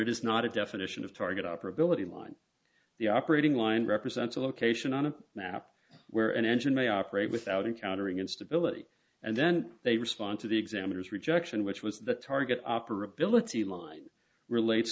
it is not a definition of target operability mine the operating line represents a location on a map where an engine may operate without encountering instability and then they respond to the examiners rejection which was the target operability mind relates